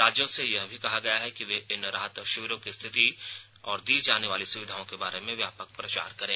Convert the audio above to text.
राज्यों से यह भी कहा गया है कि वे इन राहत शिविरों की स्थिति और दी जाने वाली सुविधाओं के बारे में व्यापक प्रचार करें